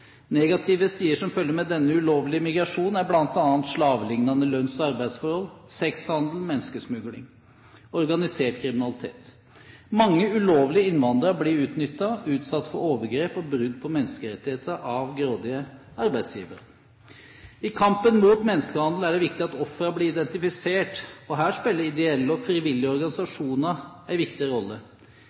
Negative sider som følger med denne ulovlige migrasjonen, er bl.a. slaveliknende lønns- og arbeidsforhold, sexhandel, menneskesmugling og organisert kriminalitet. Mange ulovlige innvandrere blir utnyttet, utsatt for overgrep og brudd på menneskerettighetene av grådige arbeidsgivere. I kampen mot menneskehandel er det viktig at ofrene blir identifisert. Her spiller ideelle og frivillige organisasjoner en viktig rolle.